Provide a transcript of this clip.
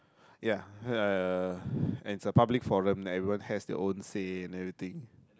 ya uh and it's a public forum everyone has their own say and everything